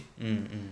mm mm